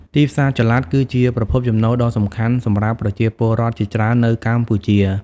ទីផ្សារចល័តគឺជាប្រភពចំណូលដ៏សំខាន់សម្រាប់ប្រជាពលរដ្ឋជាច្រើននៅកម្ពុជា។